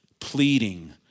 pleading